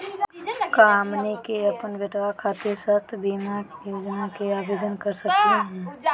का हमनी के अपन बेटवा खातिर स्वास्थ्य बीमा योजना के आवेदन करे सकली हे?